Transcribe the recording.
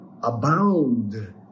abound